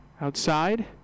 outside